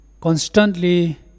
constantly